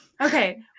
okay